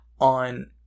on